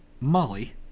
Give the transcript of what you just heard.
Molly